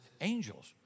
angels